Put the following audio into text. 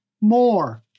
more